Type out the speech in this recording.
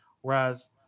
whereas